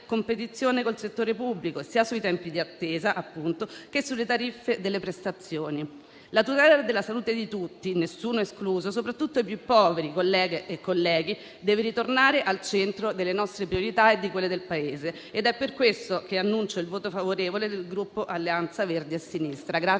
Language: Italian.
competizione col settore pubblico sia sui tempi di attesa, appunto, che sulle tariffe delle prestazioni. La tutela della salute di tutti - nessuno escluso - soprattutto dei più poveri, colleghe e colleghi, deve ritornare al centro delle nostre priorità e di quelle del Paese ed è per questo che annuncio il voto favorevole del Gruppo Alleanza Verdi e Sinistra.